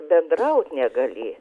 bendraut negali